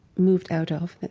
moved out of.